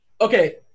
Okay